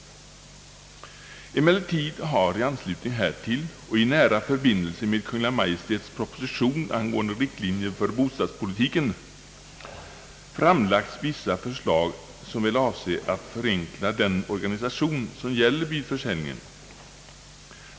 Emellertid har i anslutning härtill och i nära förbindelse med Kungl. Maj:ts proposition angående riktlinjer för bostadspolitiken framlagts vissa förslag, som väl avser att förenkla den organisation som gäller vid försäljningen.